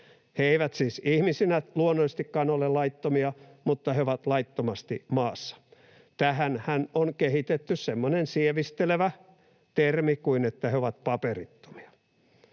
He eivät siis ihmisinä luonnollisestikaan ole laittomia, mutta he ovat laittomasti maassa. Tähänhän on kehitetty semmoinen sievistelevä termi kuin että he ovat ”paperittomia”.